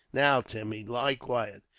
now, tim, lie quiet.